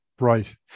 right